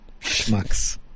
schmucks